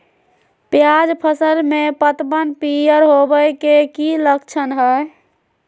प्याज फसल में पतबन पियर होवे के की लक्षण हय?